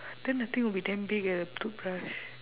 then the thing would be damn big eh the toothbrush